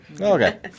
Okay